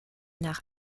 nach